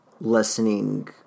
lessening